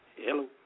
Hello